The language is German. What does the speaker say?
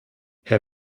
herr